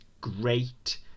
great